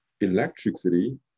electricity